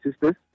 sisters